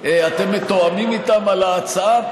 אתם מתואמים איתם על ההצעה?